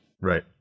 Right